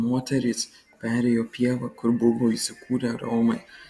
moterys perėjo pievą kur buvo įsikūrę romai